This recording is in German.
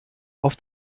auf